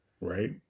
Right